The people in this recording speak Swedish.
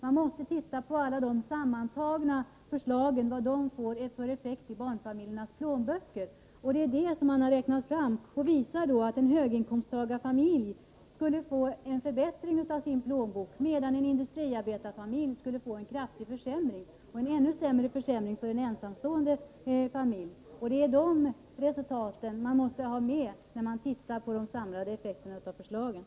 Man måste titta på vad alla dessa förslag sammantagna får för effekter för barnfamiljernas plånböcker. Det är det som har räknats fram, och de beräkningarna visar att en höginkomsttagarfamilj skulle få en förbättring i sin plånbok medan en industriarbetarfamilj skulle få en kraftig försämring. En ensamstående med barn skulle få en ännu kraftigare försämring. Det är de resultaten som måste finnas med i bilden när man ser på de samlade effekterna av förslagen.